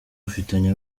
ufitanye